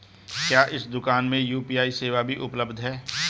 क्या इस दूकान में यू.पी.आई सेवा भी उपलब्ध है?